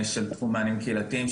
של תחום מענים קהילתיים,